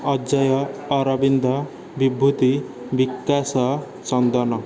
Ajay Arvind Bibhuti Bikash Chandan